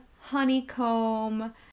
honeycomb